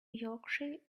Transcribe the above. yorkshire